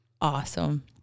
Awesome